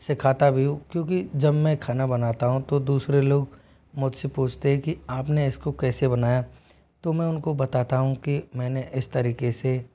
सिखाता भी हूं क्योंकि जब मैं खाना बनाता हूँ तो दूसरे लोग मुझसे पूछते है कि आपने इसको कैसे बनाया तो मैं उनको बताता हूँ कि मैंने इस तरीके से